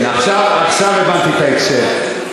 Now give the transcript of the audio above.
עכשיו הבנתי את ההקשר.